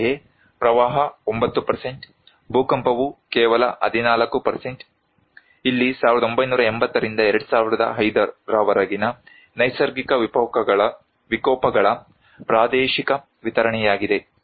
ಅಂತೆಯೇ ಪ್ರವಾಹ 9 ಭೂಕಂಪವು ಕೇವಲ 14 ಇಲ್ಲಿ 1980 ರಿಂದ 2005 ರವರೆಗಿನ ನೈಸರ್ಗಿಕ ವಿಕೋಪಗಳ ಪ್ರಾದೇಶಿಕ ವಿತರಣೆಯಾಗಿದೆ